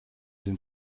den